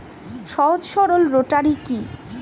সহজ সরল রোটারি কি?